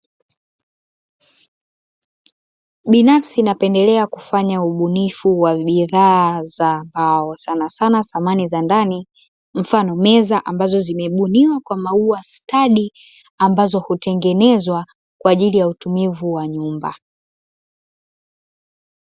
Binafsi napendelea kufanya ubunifu wa bidhaa za mbao, sana sana samani za ndani; mfano meza ambazo zimebuniwa kwa maua stadi, ambazo hutengenezwa kwa ajili ya utumivu wa nyumba.